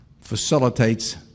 facilitates